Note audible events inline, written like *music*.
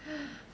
*breath*